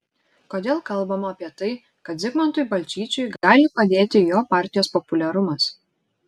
kodėl kalbama apie tai kad zigmantui balčyčiui gali padėti jo partijos populiarumas